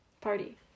Party